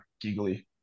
giggly